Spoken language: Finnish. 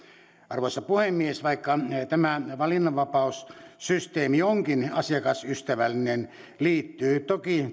arvoisa puhemies vaikka tämä valinnanvapaussysteemi onkin asiakasystävällinen tähän uudistukseen liittyy toki